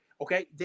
Okay